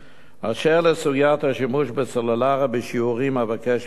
אשר לסוגיית השימוש בסלולר בשיעורים, אבקש להדגיש: